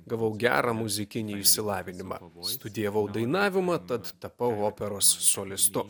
gavau gerą muzikinį išsilavinimą studijavau dainavimą tad tapau operos solistu